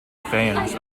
fans